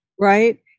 right